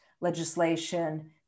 legislation